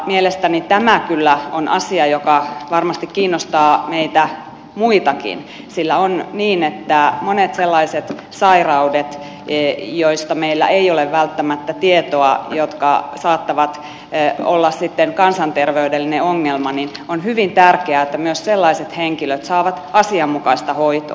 mielestäni tämä kyllä on asia joka varmasti kiinnostaa meitä muitakin sillä on monia sellaisia sairauksia joista meillä ei ole välttämättä tietoa ja jotka saattavat olla sitten kansanterveydellinen ongelma ja on hyvin tärkeää että myös sellaiset henkilöt saavat asianmukaista hoitoa